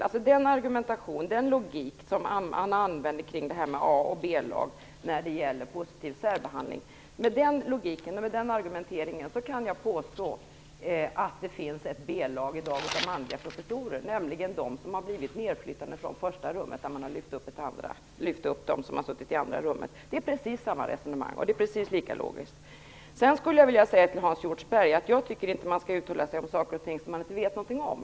Med den argumentering och den logik som används i debatten om A-lag och B-lag när det gäller positiv särbehandling vill jag påstå att vi i dag fått ett B-lag med manliga professorer, nämligen när man flyttat ner dem som stått i första förslagsrummet och lyft upp dem som stått i det andra. Det är precis samma resonemang, och det är precis lika logiskt. Sedan vill jag säga till Hans Hjortzberg-Nordlund att jag inte tycker att man inte skall uttala sig om saker som man inte vet någonting om.